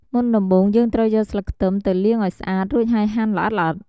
មុនដំបូងយើងត្រូវយកស្លឹកខ្ទឹមទៅលាងឱ្យស្អាតរួចហើយហាន់ល្អិតៗ។